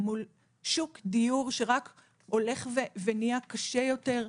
מול שוק דיור שרק הולך ונהיה קשה יותר.